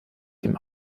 dem